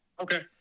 okay